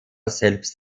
selbst